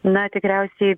na tikriausiai